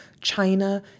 China